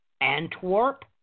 Antwerp